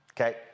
okay